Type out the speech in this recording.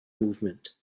movement